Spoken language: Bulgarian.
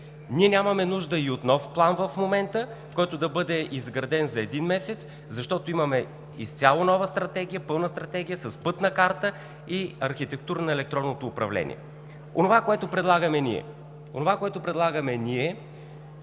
Ние нямаме нужда и от нов план в момента, който да бъде изграден за един месец, защото имаме изцяло нова Стратегия, пълна Стратегия с пътна карта и архитектура на електронното управление. Онова, което ние предлагаме: нека